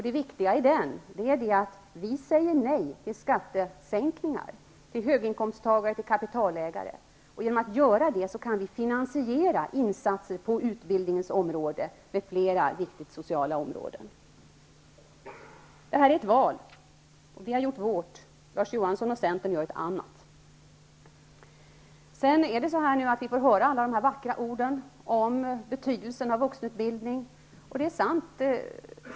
Det viktiga i den är att vi säger nej till skattesänkningar för höginkomsttagare och kapitalägare. Genom att göra det kan vi finansiera insatser på utbildningens område och flera viktiga sociala områden. Detta är ett val, och vi har gjort vårt. Larz Johansson och Centern gör ett annat. Sedan får vi höra vackra ord om betydelsen av vuxenutbildningen. Det är sant.